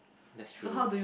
that's true